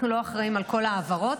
אנחנו לא אחראים לכל ההעברות.